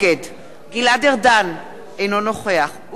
גלעד ארדן, אינו נוכח אורי אריאל,